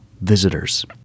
visitors